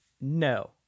no